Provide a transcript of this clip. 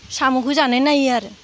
साम'खौ जानाय नायो आरो